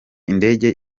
indege